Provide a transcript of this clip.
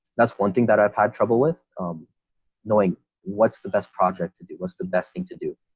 that's one thing that i've had trouble with um knowing what's the best project to do, what's the best thing to do